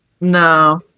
no